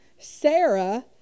Sarah